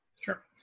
Sure